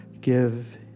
give